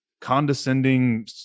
condescending